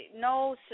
no